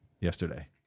yesterday